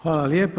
Hvala lijepo.